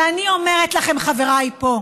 ואני אומרת לכם, חבריי פה,